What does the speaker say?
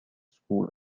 school